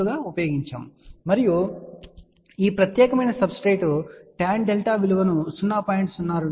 8 mm ఉపయోగించాము మరియు ఈ ప్రత్యేకమైన సబ్స్ట్రేట్ tan డెల్టా విలువను ను 0